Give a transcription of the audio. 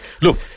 Look